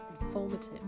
informative